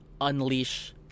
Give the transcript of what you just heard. unleash